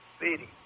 city